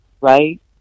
right